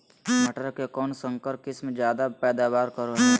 मटर के कौन संकर किस्म जायदा पैदावार करो है?